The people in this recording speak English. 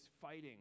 fighting